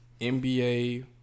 NBA